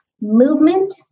movement